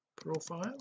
profile